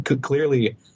clearly